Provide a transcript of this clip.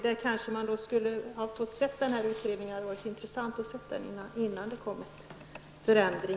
Det hade varit intressant att se den här utredningen innan det kom en förändring på det här området.